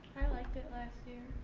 i liked it last year.